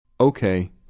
Okay